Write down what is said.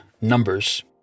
Numbers